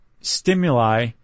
stimuli